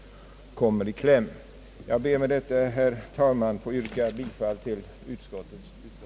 Jag ber med detta, herr talman, att få yrka bifall till utskottets hemställan.